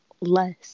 less